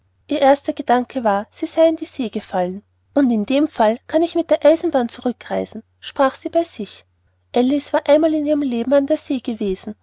ihr erster gedanke war sie sei in die see gefallen und in dem fall kann ich mit der eisenbahn zurückreisen sprach sie bei sich alice war einmal in ihrem leben an der see gewesen